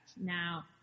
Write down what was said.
Now